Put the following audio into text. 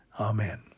Amen